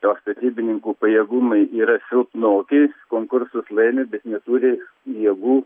o statybininkų pajėgumai yra silpnoki konkursus laimi bet neturi jėgų